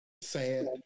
sad